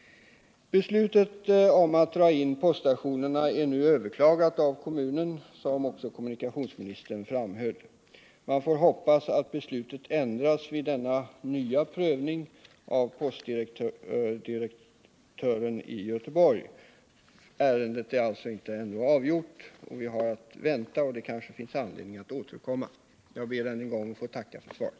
Beslutet om att dra in poststationerna är nu överklagat av kommunen, vilket också kommunikationsministern framhöll. Man får hoppas att beslutet ändras vid denna nya prövning av postdirektören i Göteborg. Ärendet är alltså ännu inte avgjort, utan vi har att vänta. Det kanske blir anledning att återkomma. Jag ber än en gång att få tacka för svaret.